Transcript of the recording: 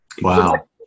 Wow